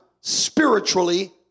spiritually